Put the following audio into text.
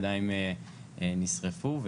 הידיים נשרפו,